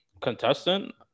contestant